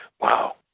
Wow